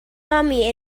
army